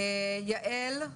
יעל,